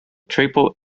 triple